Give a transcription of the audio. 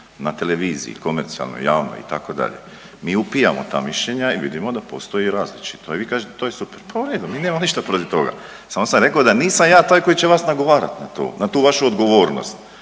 na televiziji komercijalnoj, javnoj, itd. Mi upijamo ta mišljenja i vidimo da postoje različito, a vi kažete, to je super, pa u redu, mi nemamo ništa protiv toga, samo sam rekao da nisam ja taj koji će vas nagovarati na to, na tu vašu odgovornost.